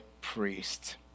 priest